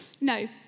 No